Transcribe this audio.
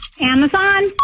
Amazon